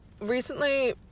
recently